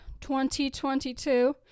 2022